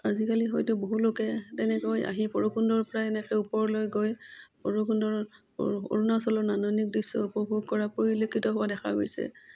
আজিকালি হয়তো বহুলোকে তেনেকৈ আহি ভৈৰৱকুণ্ডৰপৰা এনেকৈ ওপৰলৈ গৈ ভৈৰৱকুণ্ডৰ অৰুণাচলৰ নান্দনিক দৃশ্য উপভোগ কৰা পৰিলক্ষিত হোৱা দেখা গৈছে